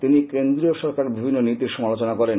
তিনি কেন্দ্রীয় সরকারের বিভিন্ন নীতির সমালোচনা করেন